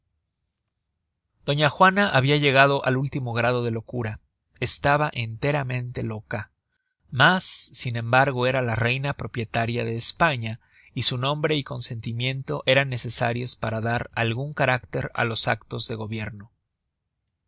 doña juana habia llegado al último grado de locura estaba enteramente loca mas sin embargo era la reina propietaria de españa y su nombre y consentimiento eran necesarios para dar algun carácter á los actos del gobierno